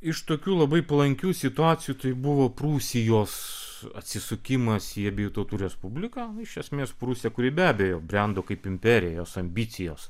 iš tokių labai palankių situacijų tai buvo prūsijos atsisukimas į abiejų tautų respubliką iš esmės prūsija kuri be abejo brendo kaip imperijos ambicijos